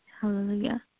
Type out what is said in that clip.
Hallelujah